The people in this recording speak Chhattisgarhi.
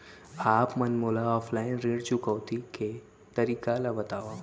आप मन मोला ऑफलाइन ऋण चुकौती के तरीका ल बतावव?